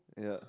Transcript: yeah